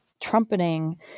trumpeting